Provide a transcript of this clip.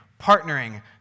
partnering